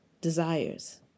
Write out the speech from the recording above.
desires